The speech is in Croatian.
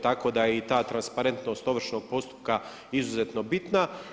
Tako da je i ta transparentnost ovršnog postupka izuzetno bitna.